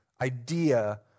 idea